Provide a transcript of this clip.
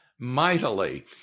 mightily